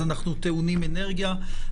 אז אנחנו טעונים אנרגיה.